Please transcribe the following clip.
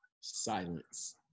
Silence